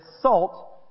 salt